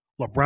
LeBron